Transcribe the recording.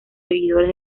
seguidores